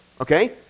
Okay